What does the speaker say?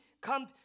come